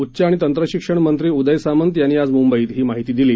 उच्च आणि तंत्रशिक्षण मंत्री उदय सामंत यांनी आज मुंबईत ही माहिती दिली